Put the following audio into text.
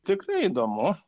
tikrai įdomu